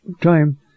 time